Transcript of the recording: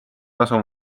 tasu